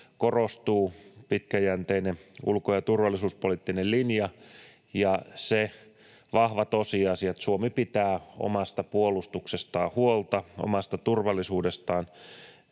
korostuu pitkäjänteinen ulko‑ ja turvallisuuspoliittinen linja ja se vahva tosiasia, että Suomi pitää huolta omasta puolustuksestaan, omasta turvallisuudestaan,